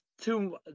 two